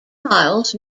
miles